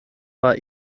war